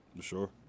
Sure